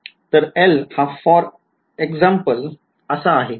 तर एल हा for example आहे